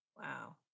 Wow